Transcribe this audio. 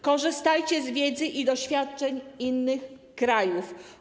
Korzystajcie z wiedzy i doświadczeń innych krajów.